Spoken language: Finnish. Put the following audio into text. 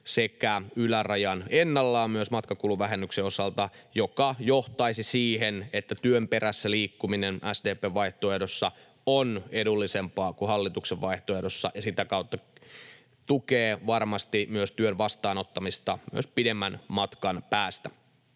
että ylärajan ennallaan myös matkakuluvähennyksen osalta, mikä johtaisi siihen, että työn perässä liikkuminen SDP:n vaihtoehdossa on edullisempaa kuin hallituksen vaihtoehdossa ja sitä kautta tukee varmasti työn vastaanottamista myös pidemmän matkan päästä.